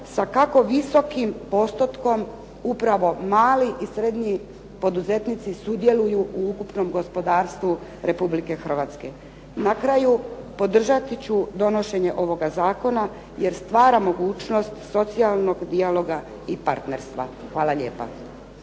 sa visokim postotkom upravo mali i srednji poduzetnici sudjeluju u ukupnom gospodarstvu Republike Hrvatske. Na kraju, podržati ću donošenje ovoga zakona, jer stvara mogućnost socijalnog dijaloga i partnerstva. Hvala lijepa.